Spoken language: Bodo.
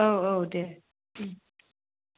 औ औ दे